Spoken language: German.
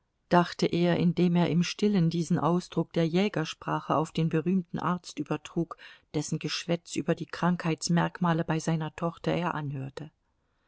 dachte er indem er im stillen diesen ausdruck der jägersprache auf den berühmten arzt übertrug dessen geschwätz über die krankheitsmerkmale bei seiner tochter er anhörte